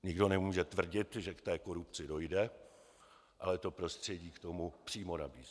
Nikdo nemůže tvrdit, že k té korupci dojde, ale to prostředí k tomu přímo vybízí.